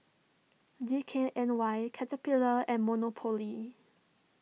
D K N Y Caterpillar and Monopoly